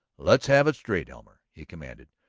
let's have it straight, elmer, he commanded.